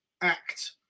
act